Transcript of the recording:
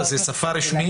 כי היא לא שפה רשמית,